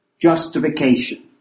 justification